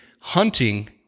hunting